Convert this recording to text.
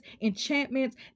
enchantments